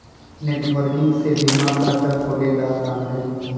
net banking से बीमा खाता खोलेला आसान हई